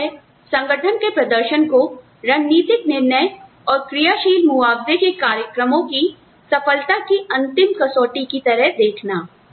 दूसरा है संगठन के प्रदर्शन को रणनीतिक निर्णय और क्रियाशील मुआवजे के कार्यक्रमों को सफलता की अंतिम कसौटी की तरह देखना